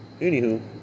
anywho